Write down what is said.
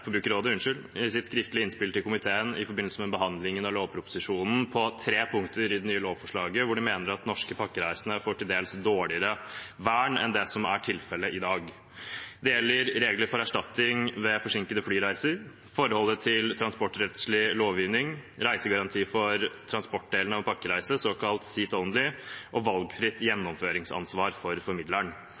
i forbindelse med behandlingen av lovproposisjonen på tre punkter i det nye lovforslaget hvor de mener at norske pakkereisende får et dels dårligere vern enn det som er tilfellet i dag. Det gjelder regler for erstatning ved forsinkede flyreiser, forholdet til transportrettslig lovgivning, reisegaranti for transportdelen av en pakkereise, såkalt seat-only, og valgfritt gjennomføringsansvar for